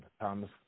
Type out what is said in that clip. Thomas